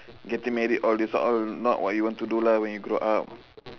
getting married all these all not what you want to do lah when you grow up